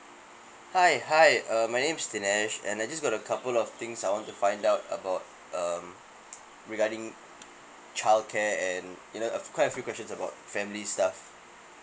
hi hi uh my name is dinesh and I just got a couple of things I want to find out about um regarding childcare and you know quite a few questions about family stuff